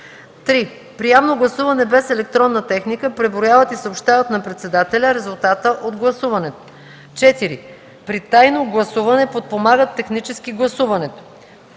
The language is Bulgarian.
3. при явно гласуване без електронна техника преброяват и съобщават на председателя резултата от гласуването; 4. при тайно гласуване подпомагат технически гласуването;